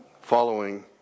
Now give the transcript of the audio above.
following